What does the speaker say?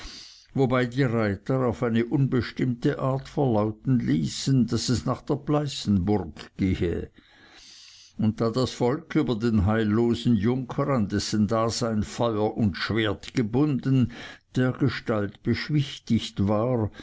wobei die reuter auf eine unbestimmte art verlauten ließen daß es nach der pleißenburg gehe und da das volk über den heillosen junker an dessen dasein feuer und schwert gebunden dergestalt beschwichtigt war